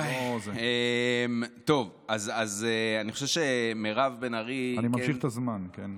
אני חושב שמירב בן ארי, אני ממשיך את הזמן, כן?